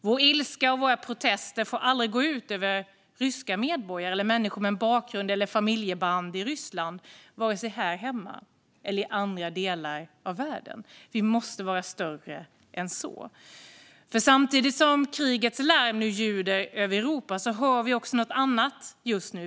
Vår ilska och våra protester får aldrig gå ut över ryska medborgare eller människor med bakgrund eller familjeband i Ryssland, vare sig här hemma eller i andra delar av världen. Vi måste vara större än så. Samtidigt som krigets larm nu ljuder över Europa hör vi också något annat just nu.